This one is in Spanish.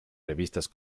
revistas